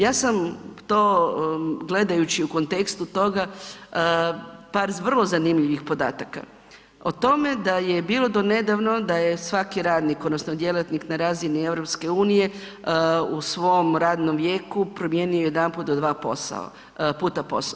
Ja sam to gledajući u kontekstu toga par vrlo zanimljivih podataka o tome da je bilo donedavno da je svaki radnik odnosno djelatnik na razini EU u svom radnom vijeku promijenio jedanput do dva puta posao.